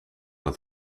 het